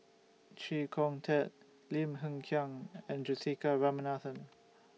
Chee Kong Tet Lim Hng Kiang and Juthika Ramanathan